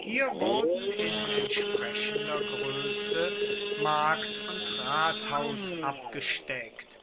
hier wurden in entsprechender größe markt und rathaus abgesteckt